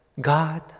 God